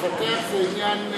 לפתח זה עניין,